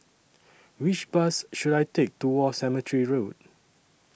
Which Bus should I Take to War Cemetery Road